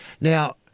Now